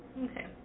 Okay